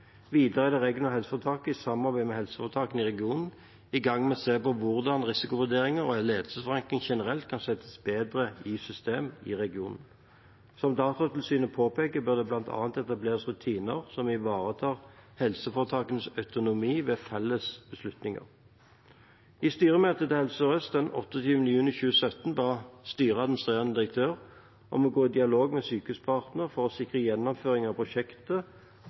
Videre er det regionale helseforetaket i samarbeid med helseforetakene i regionen i gang med å se på hvordan risikovurderinger og ledelsesforankring generelt kan settes bedre i system i regionen. Som Datatilsynet påpeker, bør det bl.a. etableres rutiner som ivaretar helseforetakenes autonomi ved felles beslutninger. I styremøtet til Helse Sør-Øst den 28. juni 2017 ba styret administrerende direktør om å gå i dialog med Sykehuspartner for å sikre gjennomføring av